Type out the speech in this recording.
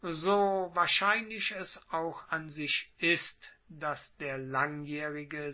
so wahrscheinlich es auch an sich ist dass der langjaehrige